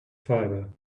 fibre